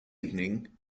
evening